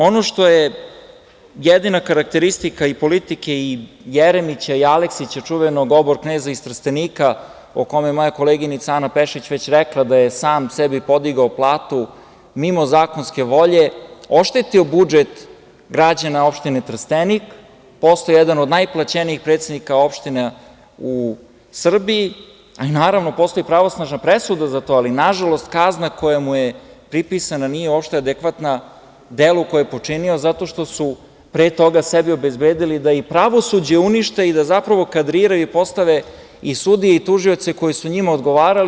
Ono što je jedina karakteristika i politike i Jeremića i Aleksića, čuvenog obor-kneza iz Trstenika, o kome je moja koleginica Ana Pešić već rekla da je sam sebi podigao platu mimo zakonske volje, oštetio budžet građana opštine Trstenik, postao jedan od najplaćenijih predsednika opština u Srbiji, a postoji i pravosnažna presuda za to, ali kazna koja mu je pripisana nije uopšte adekvatna delu koji je počinio zato što su pre toga sebi obezbedili da i pravosuđe unište i da zapravo kadriraju i postave i sudije i tužioce koji su njima odgovarali.